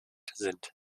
sind